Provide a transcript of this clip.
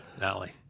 alley